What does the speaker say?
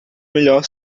melhor